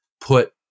put